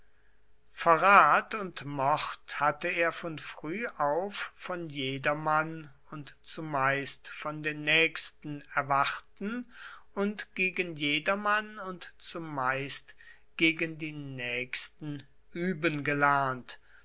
verrat und mord hatte er von früh auf von jedermann und zumeist von den nächsten erwarten und gegen jedermann und zumeist gegen die nächsten üben gelernt